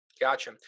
Gotcha